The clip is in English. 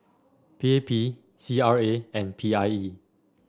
P A P C R A and P R E